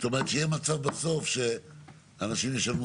זאת אומרת שיהיה מצב בסוף שאנשים ישלמו